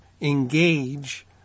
engage